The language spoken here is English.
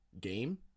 game